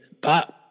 Pop